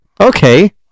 okay